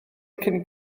cyn